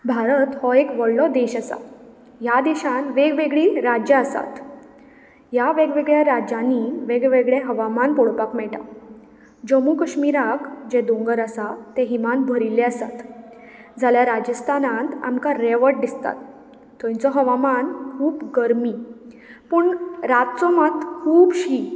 भारत हो एक व्हडलो देश आसा ह्या देशांत वेग वेगळीं राज्यां आसात ह्या वेग वेगळ्या राज्यांनी वेगळे वेगळे हवामान पळोवपाक मेळटा जम्मू कश्मीराक जे दोंगर आसा ते हिंवान भरिल्ले आसात जाल्यार राजस्थानांत आमकां रेंवट दिसता थंयचो हवामान खूब गरमी पूण रातचो मात खूब शीं